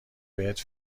بهت